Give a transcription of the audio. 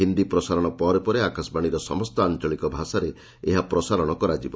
ହିନ୍ଦି ପ୍ରସାରଣ ପରେ ପରେ ଆକାଶବାଣୀର ସମସ୍ତ ଆଞ୍ଚଳିକ ଭାଷାରେ ଏହା ପ୍ରସାରଣ କରାଯିବ